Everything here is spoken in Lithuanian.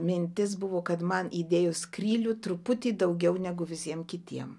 mintis buvo kad man įdėjo skrylių truputį daugiau negu visiem kitiem